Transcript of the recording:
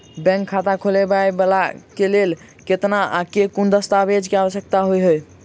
Bank खाता खोलबाबै केँ लेल केतना आ केँ कुन सा दस्तावेज केँ आवश्यकता होइ है?